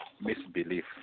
misbelief